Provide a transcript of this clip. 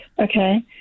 Okay